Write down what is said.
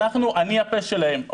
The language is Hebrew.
אני הפה שלהם,